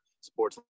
sports